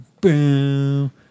Boom